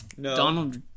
Donald